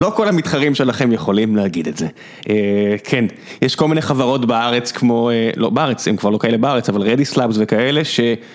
לא כל המתחרים שלכם יכולים להגיד את זה. כן, יש כל מיני חברות בארץ כמו, לא בארץ, הם כבר לא כאלה בארץ, אבל רדי סלאבס וכאלה, ש...